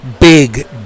big